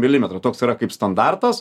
milimetro toks yra kaip standartas